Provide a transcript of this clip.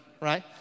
right